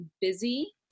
busy